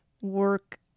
work